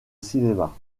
cinéma